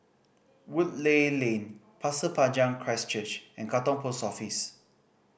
Woodleigh Lane Pasir Panjang Christ Church and Katong Post Office